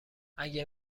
اگه